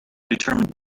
determined